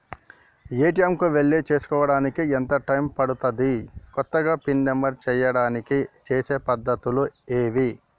ATM కు వెళ్లి చేసుకోవడానికి ఎంత టైం పడుతది? కొత్తగా పిన్ నంబర్ చేయడానికి చేసే పద్ధతులు ఏవి?